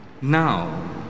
Now